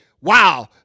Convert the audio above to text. wow